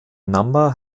number